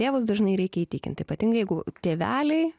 tėvus dažnai reikia įtikinti ypatingai jeigu tėveliai